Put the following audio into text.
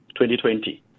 2020